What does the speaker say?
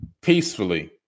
peacefully